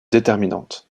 déterminante